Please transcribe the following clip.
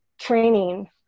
training